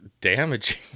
damaging